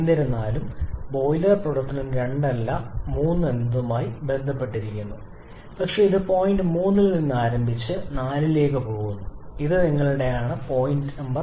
എന്നിരുന്നാലും ബോയിലർ പ്രവർത്തനം 2 അല്ല 3 എന്നതുമായി ബന്ധപ്പെട്ടിരിക്കുന്നു പക്ഷേ ഇത് പോയിന്റ് 3 ൽ നിന്ന് ആരംഭിച്ച് പോയിന്റ് 4 ലേക്ക് പോകുന്നു ഇത് നിങ്ങളുടെ പോയിന്റാണ് നമ്പർ 4